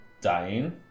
dying